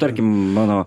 tarkim mano